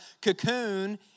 cocoon